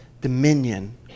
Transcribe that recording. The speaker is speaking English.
dominion